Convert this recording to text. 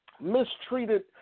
mistreated